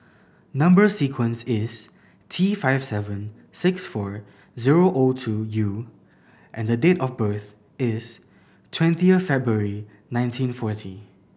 number sequence is T five seven six four zero O two U and the date of birth is twentieth February nineteen forty